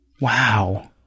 Wow